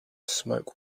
smoke